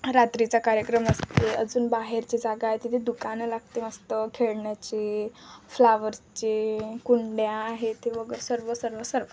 रात्रीचा कार्यक्रम असते अजून बाहेरची जागा आहे तिथे दुकानं लागते मस्त खेळण्याचे फ्लावरचे कुंड्या आहेत ते वगैरे सर्व सर्व सर्व